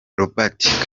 robert